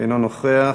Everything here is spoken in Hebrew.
אינו נוכח,